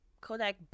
Kodak